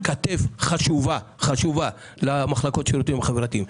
כתף חשובה למחלקות לשירותים חברתיים.